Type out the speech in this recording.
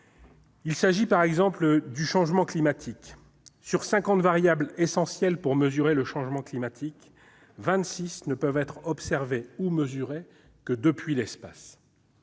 Je pense, par exemple, au changement climatique : sur cinquante variables essentielles pour mesurer le changement climatique, vingt-six ne peuvent être observées ou mesurées que depuis l'espace.